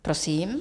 Prosím.